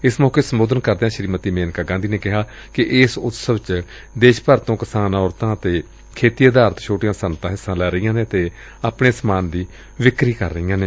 ਏਸ ਮੌਕੇ ਸੰਬੋਧਨ ਕਰਦਿਆਂ ਸ੍ਰੀਮਤੀ ਮੇਨਕਾ ਗਾਂਧੀ ਨੇ ਕਿਹਾ ਕਿ ਏਸ ਉਤਸਵ ਚ ਦੇਸ਼ ਭਰ ਤੋ ਕਿਸਾਨ ਔਰਤਾਂ ਅਤੇ ਖੇਤੀ ਆਧਾਰਿਤ ਛੋਟੀਆਂ ਸੱਨਅਤਾਂ ਹਿੱਸਾ ਲੈ ਰਹੀਆਂ ਨੇ ਅਤੇ ਆਪਣੇ ਸਮਾਨ ਦੀ ਵਿਕਰੀ ਕਰ ਰਹੀਆ ਨੇ